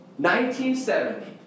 1970